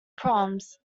proms